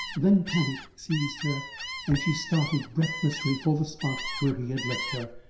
then panic seized her and she started breathlessly for the spot where he had left her,